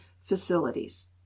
facilities